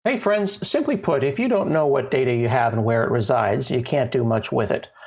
hey friends, simply put, if you don't know what data you have and where it resides, you can't do much with it.